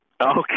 Okay